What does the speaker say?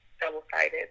double-sided